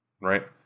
right